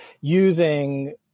using